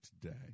today